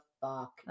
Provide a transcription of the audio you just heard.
fuck